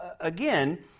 again